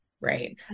Right